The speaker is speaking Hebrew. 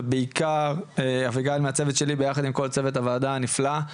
זה בעיקר אביגיל מהצוות שלי ביחד עם כל צוות הוועדה הנפלא,